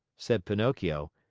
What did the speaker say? said pinocchio,